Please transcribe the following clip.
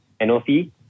NOC